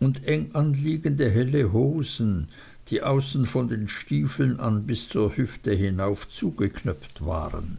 und enganliegende helle hosen die außen von den stiefeln an bis zur hüfte hinauf zugeknöpft waren